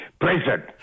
present